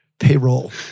payroll